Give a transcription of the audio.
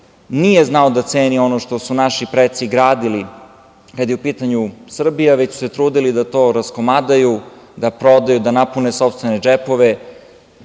nije znao da ceni ono što su naši preci gradili, kada je u pitanju Srbija, već su se trudili da to raskomadaju, da prodaju, da napune sopstvene džepove.